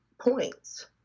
points